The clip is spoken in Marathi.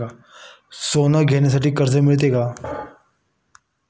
सोने घेण्यासाठी कर्ज मिळते का?